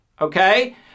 okay